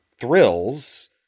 thrills